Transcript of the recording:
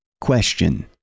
Question